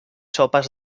sopes